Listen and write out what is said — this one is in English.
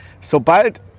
Sobald